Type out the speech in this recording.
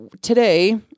today